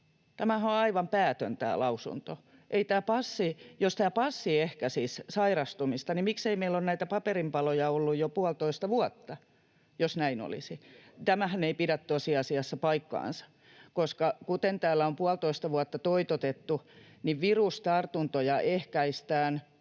Tämä lausuntohan on aivan päätön. Jos tämä passi ehkäisisi sairastumista, niin miksei meillä ole näitä paperinpaloja ollut jo puolitoista vuotta, jos näin olisi? Tämähän ei pidä tosiasiassa paikkaansa. Kuten täällä on puolitoista vuotta toitotettu, niin virustartuntoja ehkäistään